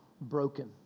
broken